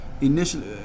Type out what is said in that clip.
initially